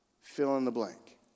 fill-in-the-blank